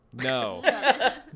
no